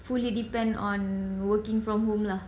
fully depend on working from home lah